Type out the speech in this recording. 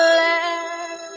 let